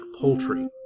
poultry